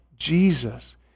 Jesus